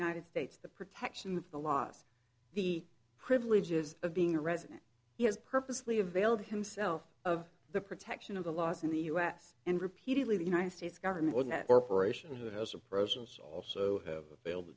united states the protection of the laws the privileges of being a resident he has purposely availed himself of the protection of the laws in the u s and repeatedly the united states government or peroration who has a presence also have